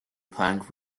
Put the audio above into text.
plank